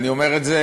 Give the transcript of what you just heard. אני אומר את זה